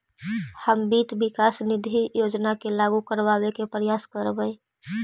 हम वित्त विकास निधि योजना के लागू करबाबे के प्रयास करबई